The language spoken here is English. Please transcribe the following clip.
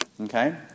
okay